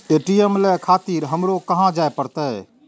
ATM ले खातिर हमरो कहाँ जाए परतें?